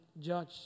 judge